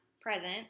present